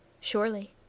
Surely